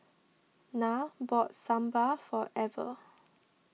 Nyah bought Sambar for Ever